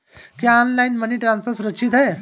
क्या online money transfer सुरक्षित है?